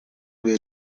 way